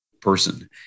person